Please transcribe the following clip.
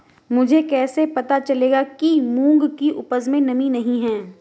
मुझे कैसे पता चलेगा कि मूंग की उपज में नमी नहीं है?